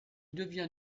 devient